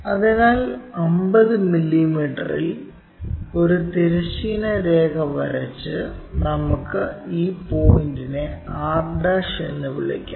അതിനാൽ 50 മില്ലീമീറ്ററിൽ ഒരു തിരശ്ചീന രേഖ വരച്ച് നമുക്ക് ഈ പോയിന്റിനെ r എന്ന് വിളിക്കാം